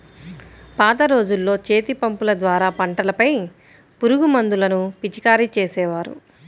పాత రోజుల్లో చేతిపంపుల ద్వారా పంటలపై పురుగుమందులను పిచికారీ చేసేవారు